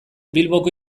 bilboko